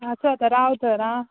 हां आसूं आतां राव तर आं